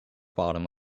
bottom